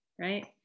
right